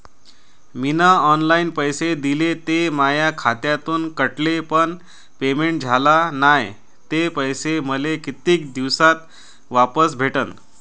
मीन online पैसे दिले, ते माया खात्यातून कटले, पण पेमेंट झाल नायं, ते पैसे मले कितीक दिवसात वापस भेटन?